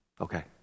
Okay